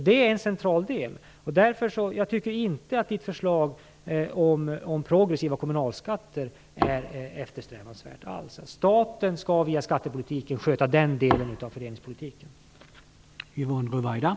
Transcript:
Det är en central del. Jag tycker inte att Yvonne Ruwaidas förslag om progressiva kommunalskatter är eftersträvansvärt. Staten skall sköta den delen av fördelningspolitiken via skattepolitiken.